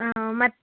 ಹಾಂ ಮತ್ತು